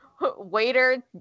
Waiter